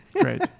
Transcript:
Great